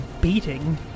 beating